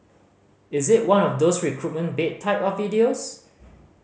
is it one of those recruitment bait type of videos